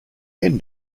end